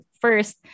first